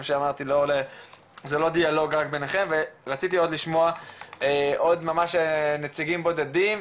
זה לא דיאלוג רק ביניכם ורציתי עוד לשמוע עוד ממש נציגים בודדים,